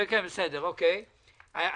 לעובדים בעיניים,